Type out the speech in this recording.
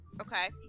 Okay